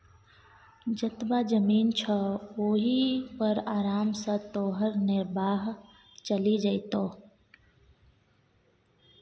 जतबा जमीन छौ ओहि पर आराम सँ तोहर निर्वाह चलि जेतौ